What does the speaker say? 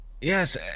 Yes